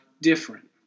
different